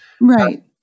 Right